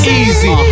easy